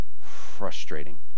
frustrating